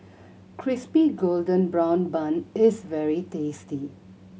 Crispy Golden Brown Bun is very tasty